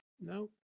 No